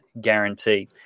guarantee